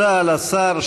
תודה לשר.